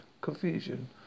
confusion